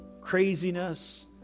craziness